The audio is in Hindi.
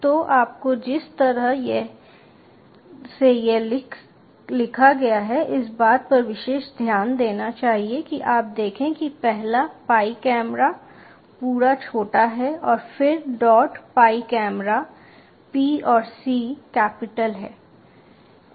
तो आपको जिस तरह से यह लिखा गया है इस बात पर विशेष ध्यान देना चाहिए कि आप देखें कि पहला पाई कैमरा पूरा छोटा है और फिर डॉट पाईकेमरा P और C कैपिटल हैं